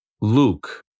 Luke